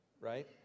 right